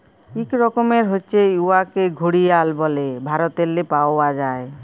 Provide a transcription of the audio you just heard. ইক রকমের হছে উয়াকে ঘড়িয়াল ব্যলে ভারতেল্লে পাউয়া যায়